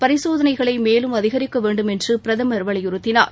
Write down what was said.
பரிசோதனைகளை மேலும் அதிகரிக்க வேண்டும் என்று பிரதமர் வலியுறுத்தினார்